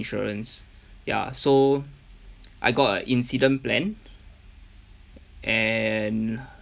insurance ya so I got a incident plan and